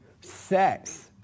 Sex